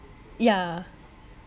yeah